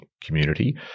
community